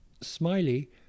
Smiley